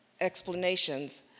explanations